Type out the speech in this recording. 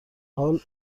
حال